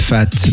Fat